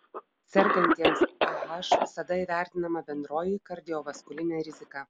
sergantiesiems ah visada įvertinama bendroji kardiovaskulinė rizika